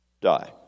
die